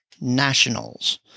nationals